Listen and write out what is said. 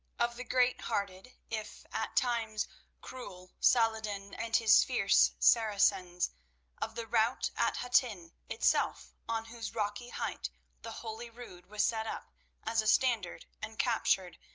of the great-hearted, if at times cruel saladin and his fierce saracens of the rout at hattin itself, on whose rocky height the holy rood was set up as a standard and captured,